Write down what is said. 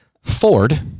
Ford